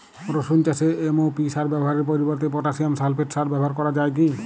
রসুন চাষে এম.ও.পি সার ব্যবহারের পরিবর্তে পটাসিয়াম সালফেট সার ব্যাবহার করা যায় কি?